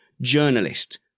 journalist